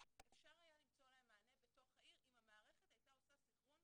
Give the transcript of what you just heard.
כשאפשר היה למצוא להם מענה בתוך העיר אם המערכת הייתה עושה סנכרון